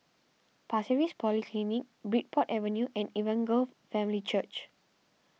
Pasir Ris Polyclinic Bridport Avenue and Evangel Family Church